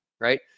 Right